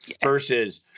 Versus